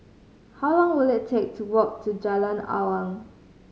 how long will it take to walk to Jalan Awang